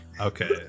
Okay